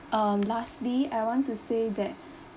um lastly I want to say that